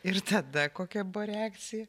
ir tada kokia buvo reakcija